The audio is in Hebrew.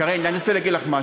קארין, אני רוצה להגיד לך משהו.